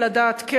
ולדעת,